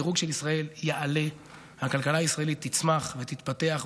והדירוג של ישראל יעלה והכלכלה הישראלית תצמח ותתפתח,